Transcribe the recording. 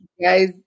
guys